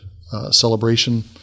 celebration